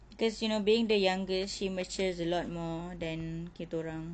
because you know being the youngest she matures a lot more than kitaorang